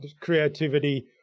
creativity